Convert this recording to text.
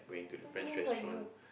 what you mean by you